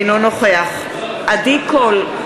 אינו נוכח עדי קול,